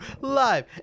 live